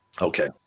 Okay